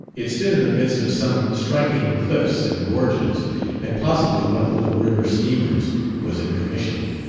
it stood in the midst of some striking cliffs and gorges and possibly one of the little river-steamers was in commission,